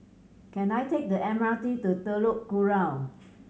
can I take the M R T to Telok Kurau